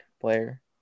player